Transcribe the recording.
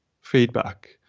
feedback